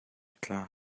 tla